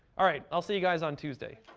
all right, i'll see you guys on tuesday.